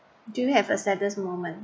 do you have a saddest moment